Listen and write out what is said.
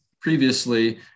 previously